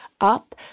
up